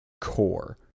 core